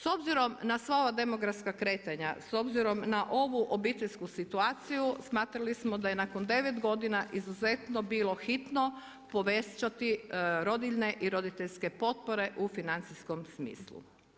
S obzirom na sva ova demografska kretanja, s obzirom na ovu obiteljsku situaciju smatrali smo da je nakon 9 godina izuzetno bilo hitno povećati rodiljne i roditeljske potpore u financijskom smislu.